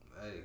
hey